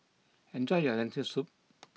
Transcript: enjoy your Lentil Soup